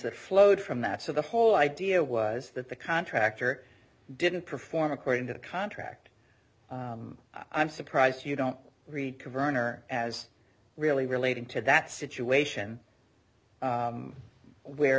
that flowed from that so the whole idea was that the contractor didn't perform according to the contract i'm surprised you don't read concern or as really related to that situation where